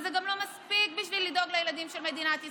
וזה גם לא מספיק בשביל לדאוג לילדים של מדינת ישראל.